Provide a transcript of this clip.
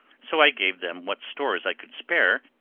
so i gave them what stores i could spare,